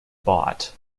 bought